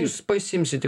jūs pasiimsit ti